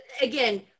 Again